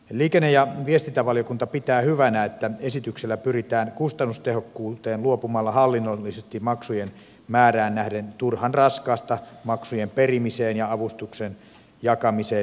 liikenne ja viestintävaliokunta pitää hyvänä että esityksellä pyritään kustannustehokkuuteen luopumalla hallinnollisesti maksujen määrään nähden turhan raskaasta maksujen perimiseen ja avustuksen jakamiseen liittyvästä järjestelmästä